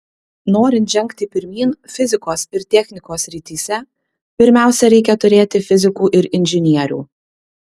norint žengti pirmyn fizikos ir technikos srityse pirmiausia reikia turėti fizikų ir inžinierių